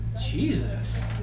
Jesus